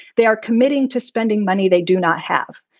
they are committing to spending money they do not have.